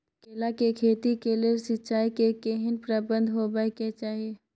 केला के खेती के लेल सिंचाई के केहेन प्रबंध होबय के चाही?